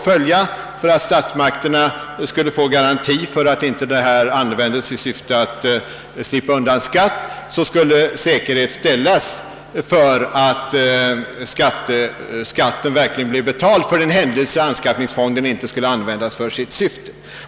För att statsmakterna skulle få garanti för att denna rätt inte användes i syfte att slippa undan skatt skulle säkerhet ställas för att skatten verkligen blir betald för den händelse anskaffningsfonden inte används för sitt syfte.